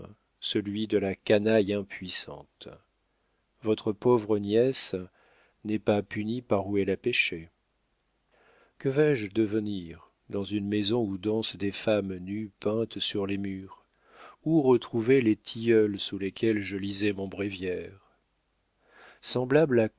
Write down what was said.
celui de la canaille impuissante votre pauvre nièce n'est pas punie par où elle a péché que vais-je devenir dans une maison où dansent des femmes nues peintes sur les murs où retrouver les tilleuls sous lesquels je lisais mon bréviaire semblable